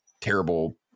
terrible